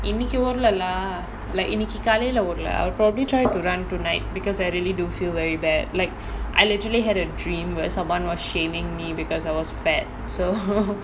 இன்னிக்கி ஓடலை:inikki odalai lah like இன்னிக்கி காலைல ஓடலை:inikki kaalaila odalai lah I'll probably try to run tonight because I really do feel very bad like I literally had a dream where someone was shaming me because I was fat so